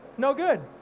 no good.